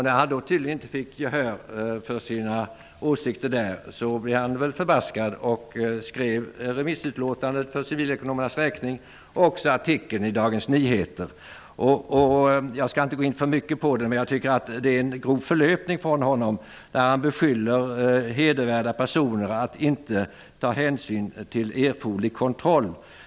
När han inte fick gehör för sina åsikter där blev han väl förbaskad och skrev remissutlåtandet för civilekonomernas räkning och artikeln i Dagens Nyheter. Jag skall inte gå in för mycket på detta, men det är en grov förlöpning från honom att beskylla hedervärda personer för att inte ta hänsyn till erfoderlig kontroll.